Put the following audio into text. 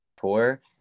tour